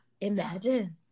Imagine